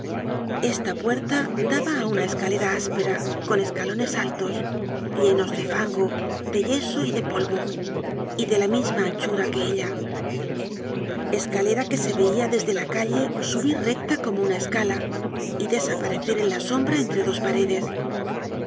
esta puerta daba á una escalera áspera con escalones altos llenos de fango de yeso y de polvo y de la misma anchura que ella escalera que se veia desde la calle subir recta como una escala y desaparecer en la sombra entre dos paredes